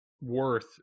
worth